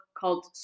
called